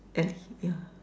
as yeah